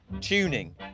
tuning